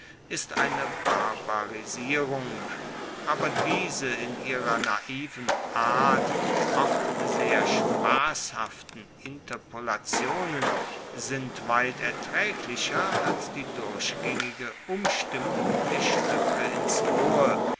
ist eine barbarisierung aber diese in ihrer naiven art oft sehr spasshaften interpolationen sind weit ertraeglicher als die durchgaengige umstimmung der stuecke ins rohe